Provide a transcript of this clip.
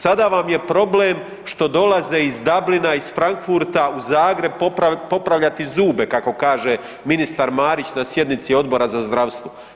Sada vam je problem što dolaze iz Dublina, iz Frankfurta u Zagreb popravljati zube kako kaže ministar Marić na sjednici Odbora za zdravstvo.